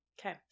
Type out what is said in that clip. Okay